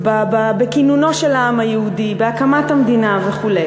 בכינונו של העם היהודי, בהקמת המדינה וכו'.